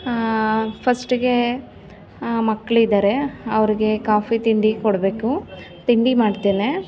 ಫಸ್ಟಿಗೆ ಮಕ್ಳಿದ್ದಾರೆ ಅವ್ರಿಗೆ ಕಾಫಿ ತಿಂಡಿ ಕೊಡಬೇಕು ತಿಂಡಿ ಮಾಡ್ತೇನೆ